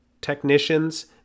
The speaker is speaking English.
technicians